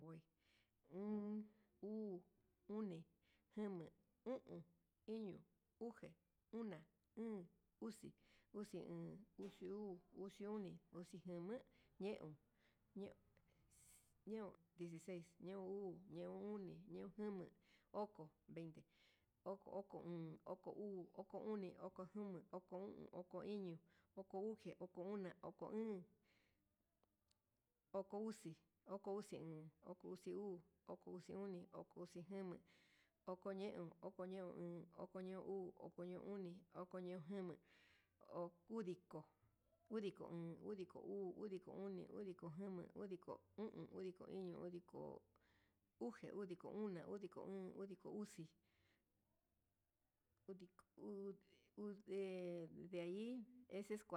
Voy oon, uu, oni, jama, o'on, iño, uxe, ona, óón, uxi, xui oon, uxi uu, uxi oni, uxi jama, ñeon, dieciseis, ñeon uu, ñeun oni, ñeon jama, oko, veinte, oko oon, oko uu, oko oni, oko jama, oko o'on, okoiño, oko uxe, oko ona, oko óón, oko uxi, oko uxi oon, oko uxi uu, oko uxi oni, oko uxi jama, oko ñeon, oko ñeon uu, oko ñeon oni, oko ñeon jama, udiko, udiko oon, udiko uu, udiko jama, udiko o'on, udiko iño, udiko uxe, udiko ona, udiko óón, udiko uxi, udiko hude ahi es ese.